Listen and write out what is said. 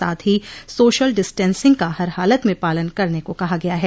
साथ ही social distancing का हर हालत में पालन करने को कहा गया है